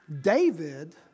David